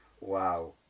Wow